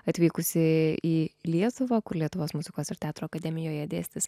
atvykusi į lietuvą kur lietuvos muzikos ir teatro akademijoje dėstys